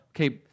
okay